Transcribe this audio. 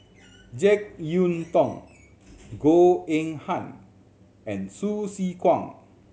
Jek Yeun Thong Goh Eng Han and Hsu Tse Kwang